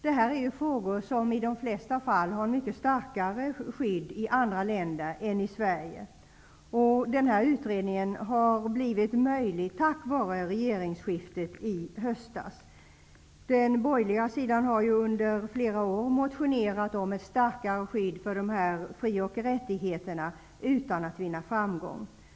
Det här är frågor som i de flesta fall har mycket starkare skydd i andra länder än i Sverige. Utredningen har blivit möjlig tack vare regeringsskiftet i höstas. Den borgerliga sidan har ju under flera år motionerat om ett starkare skydd för de här fri och rättigheterna, utan att vinna framgång.